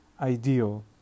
ideal